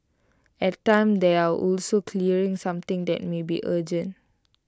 at times they are also clearing something that may be urgent